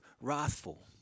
Wrathful